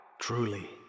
Truly